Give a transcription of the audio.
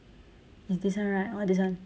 it's this one right or this one